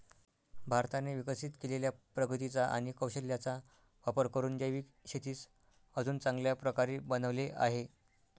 भारताने विकसित केलेल्या प्रगतीचा आणि कौशल्याचा वापर करून जैविक शेतीस अजून चांगल्या प्रकारे बनवले आहे